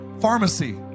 Pharmacy